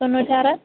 തൊണ്ണൂറ്റിയാറ്